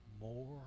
more